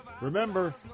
remember